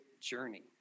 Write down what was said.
journey